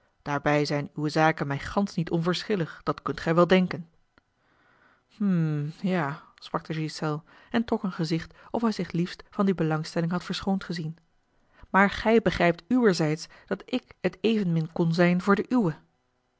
daarbij zijn uwe zaken mij gansch niet onverschillig dat kunt gij wel denken hm ja sprak de ghiselles en trok een gezicht of hij zich liefst van die belangstelling had verschoond gezien maar gij begrijpt uwerzijds dat ik het evenmin kon zijn voor de